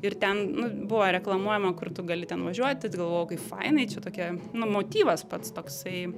ir ten nu buvo reklamuojama kur tu gali ten važiuoti galvojau kaip fainai čia tokia nu motyvas pats toksai